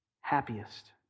happiest